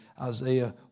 Isaiah